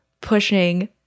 pushing